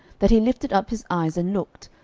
that he lifted up his eyes and looked,